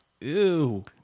Ew